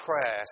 prayer